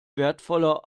wertvoller